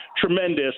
tremendous